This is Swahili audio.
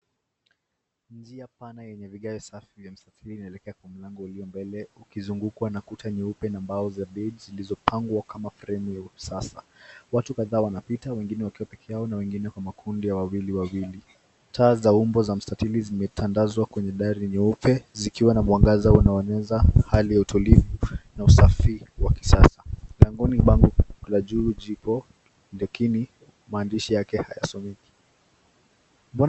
Njia pana yenye vigae safi vya usafiri inaelekea kwa mlango ulio mbele ukizungukwa na kuta nyeupe na mbao za bids zilizopangwa kama fremu ya usasa , watu kadhaa wanapita wengine wakiwa pekee yao na wengine kwa makundi ya wawili wawili ,taa za wimbo za msatili zimetandazwa kwenye nyeupe zikiwa na mwangaza wanaeneza hali ya utulivu na usafi wa kisai , miongoni mwa mambo lakini maandishi yake hayasomeki .